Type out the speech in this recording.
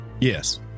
yes